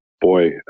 boy